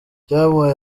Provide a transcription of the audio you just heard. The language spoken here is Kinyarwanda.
byabaye